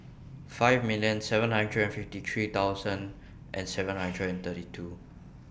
five million seven hundred fifty three thousand and seven hundred and thirty two